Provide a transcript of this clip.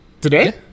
Today